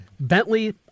Bentley